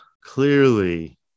clearly